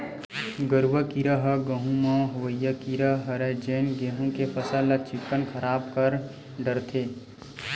गरुआ कीरा ह गहूँ म होवइया कीरा हरय जेन गेहू के फसल ल चिक्कन खराब कर डरथे